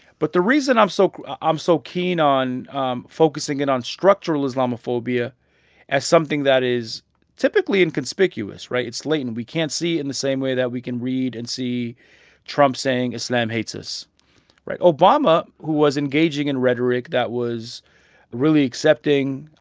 but the reason i'm so i'm so keen on um focusing in on structural islamophobia as something that is typically inconspicuous right? it's latent. we can't see it in the same way that we can read and see trump saying islam hates us right obama, who was engaging in rhetoric that was really accepting,